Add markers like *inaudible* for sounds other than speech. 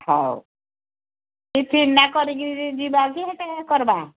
ହଉ କି *unintelligible* କରିକି ଯିବା କି ସେବେ କର୍ବା